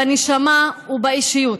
בנשמה ובאישיות.